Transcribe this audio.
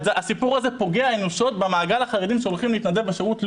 הסיפור הזה פוגע אנושות במעגל החרדים שהולכים להתנדב בשירות לאומי.